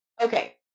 Okay